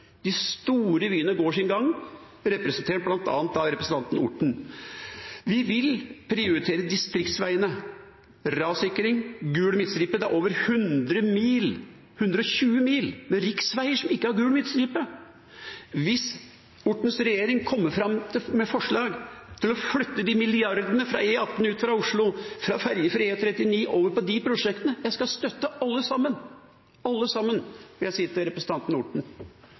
De store vyene går sin gang, representert bl.a. av representanten Orten. Vi vil prioritere distriktsveiene, rassikring og gul midtstripe. Det er over hundre mil, 120 mil, med riksveier uten gul midtstripe. Hvis Ortens regjering kommer fram med forslag til å flytte de milliardene fra E18 ut fra Oslo og fra fergefri E139 og over på de prosjektene – da skal jeg støtte alle sammen, vil jeg si til representanten Orten.